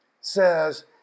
says